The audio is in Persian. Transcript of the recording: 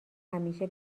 همیشه